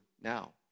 now